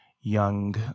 young